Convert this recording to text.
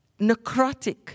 necrotic